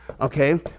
okay